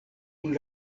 kun